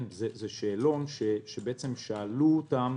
זה שאלון ששאלו אותם